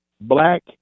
black